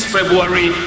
February